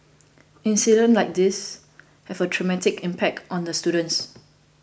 incidents like these have a traumatic impact on the students